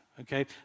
Okay